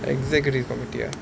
executive committee ah